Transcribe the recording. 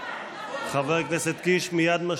חבר הכנסת קיש מייד משלים,